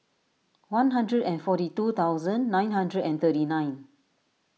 one hundred and forty two thousand nine hundred and thirty nine